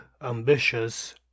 ambitious